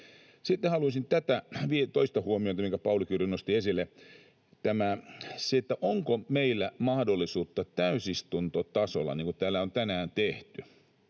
Sitten haluaisin kommentoida tätä toista huomiota, minkä Pauli Kiuru nosti esille: Onko meillä mahdollisuutta täysistuntotasolla, niin kuin täällä on tänään tehty